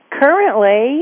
currently